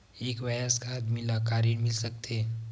एक वयस्क आदमी ला का ऋण मिल सकथे?